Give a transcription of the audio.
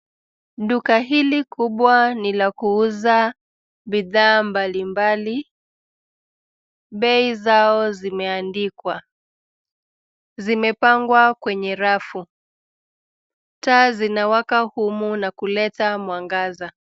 Duka hili kubwa ni la kuuza bidhaa mbali mbali. Bei zao zimeandikwa. Zimepangwa kwenye rafu. Taa zinawaka humu na kuleta mwangaza.